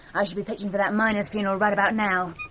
i should be pitching for that miner's funeral right about now.